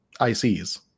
ICs